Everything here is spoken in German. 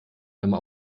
einmal